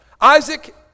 Isaac